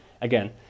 again